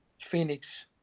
Phoenix